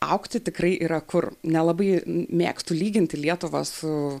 augti tikrai yra kur nelabai mėgstu lyginti lietuvą su